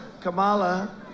Kamala